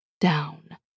down